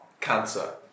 cancer